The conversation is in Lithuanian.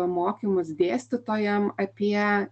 mokymus dėstytojam apie